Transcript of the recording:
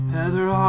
Heather